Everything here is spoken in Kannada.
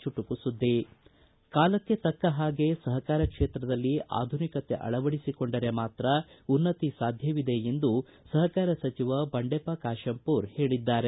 ಚುಟುಕು ಸುದ್ದಿ ಕಾಲಕ್ಷೆ ತಕ್ಕ ಹಾಗೆ ಸಹಕಾರ ಕ್ಷೇತ್ರದಲ್ಲಿ ಆಧುನಿಕತೆ ಅಳವಡಿಸಿಕೊಂಡರೆ ಮಾತ್ರ ಉನ್ನತಿ ಸಾಧ್ಯವಿದೆ ಎಂದು ಸಹಕಾರ ಸಚಿವ ಬಂಡೆಪ್ಪ ಕಾಶ್ಯಂಪೂರ ಹೇಳಿದ್ದಾರೆ